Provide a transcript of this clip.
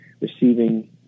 receiving